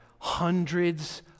hundreds